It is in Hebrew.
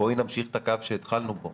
בואי נמשיך את הקו שהתחלנו בו